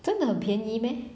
真的便宜 meh